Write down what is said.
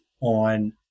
on